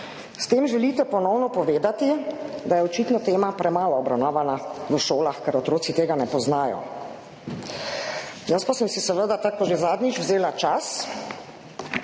S tem želite ponovno povedati, da je očitno tema premalo obravnavana v šolah, ker otroci tega ne poznajo. Jaz pa sem si seveda tako kot že zadnjič vzela čas